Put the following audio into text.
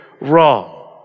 wrong